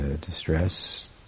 distress